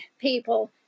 people